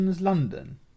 London